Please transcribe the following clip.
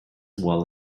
well